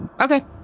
Okay